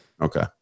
Okay